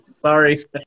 Sorry